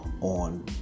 on